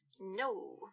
No